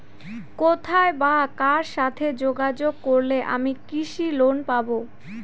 কোথায় বা কার সাথে যোগাযোগ করলে আমি কৃষি লোন পাব?